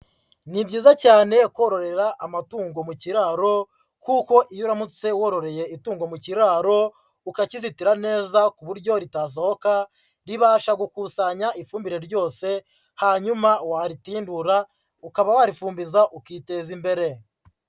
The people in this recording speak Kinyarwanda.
Ni byiza cyane kororera amatungo mu kiraro, kuko iyo uramutse wororeye itungo mu kiraro, ukakizitira neza ku buryo ritasohoka, ribasha gukusanya ifumbire ryose, hanyuma waritindura ukaba warifumbiza ukiteza imbere.